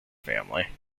family